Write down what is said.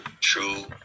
true